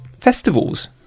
festivals